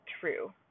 true